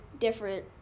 different